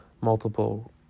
multiple